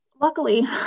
Luckily